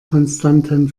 konstanten